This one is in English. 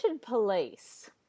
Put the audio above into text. Police